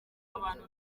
abantu